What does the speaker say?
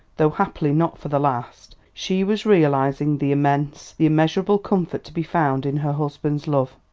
though happily not for the last, she was realising the immense, the immeasurable comfort to be found in her husband's love.